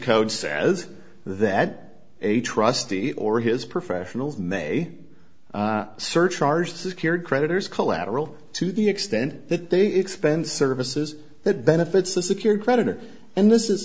code says that a trustee or his professional may surcharge secured creditors collateral to the extent that they expend services that benefits the secured creditor and this is